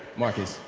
marcus.